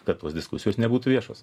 kad tos diskusijos nebūtų viešos